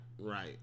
Right